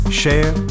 share